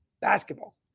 basketball